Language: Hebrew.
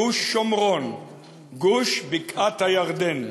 גוש שומרון וגוש בקעת-הירדן.